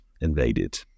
invaded